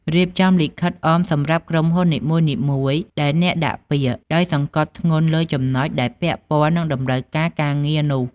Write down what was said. រៀបចំលិខិតអមសម្រាប់ក្រុមហ៊ុននីមួយៗដែលអ្នកដាក់ពាក្យ ដោយសង្កត់ធ្គន់លើចំណុចដែលពាក់ព័ន្ធនឹងតម្រូវការការងារនោះ។